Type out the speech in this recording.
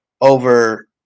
over